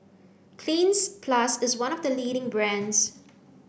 cleans plus is one of the leading brands